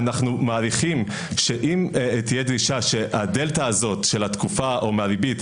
אנחנו מעריכים שאם תהיה דרישה שהדלתא הזאת של התקופה או מהריבית,